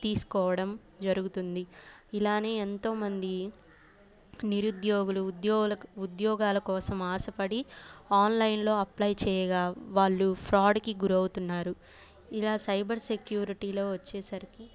తీసుకోవడం జరుగుతుంది ఇలానే ఎంతోమంది నిరుద్యోగులు ఉద్యోగాల కోసం ఆశపడి ఆన్లైన్లో అప్లై చేయగా వాళ్ళు ఫ్రాడ్కి గురవుతున్నారు ఇలా సైబర్ సెక్యూరిటీలో వచ్చేసరికి